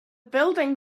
building